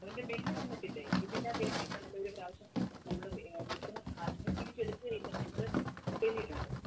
അതിന്റെ ബില്ല് തന്നിട്ടില്ലേ ബില്ലിൻ്റെ അകത്ത് എഴുതിയിട്ടുണ്ടല്ലോ ഒര് പ്രാവിശ്യം നമ്മള് വിൽക്കുന്ന സാധനങ്ങൾ തിരിച്ച് എടുക്കുകയില്ല എന്ന് നമ്മള് എഴുതിയിട്ടുണ്ട്